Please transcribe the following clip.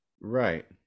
right